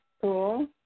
cool